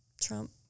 Trump